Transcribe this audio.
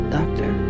Doctor